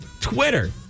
Twitter